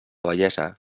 vellesa